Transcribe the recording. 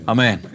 Amen